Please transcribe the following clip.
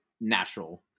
natural